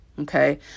Okay